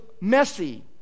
messy